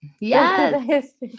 Yes